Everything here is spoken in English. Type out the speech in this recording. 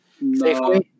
No